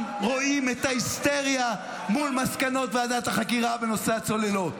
רואים את ההיסטריה מול מסקנות ועדת החקירה בנושא הצוללות.